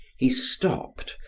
he stopped,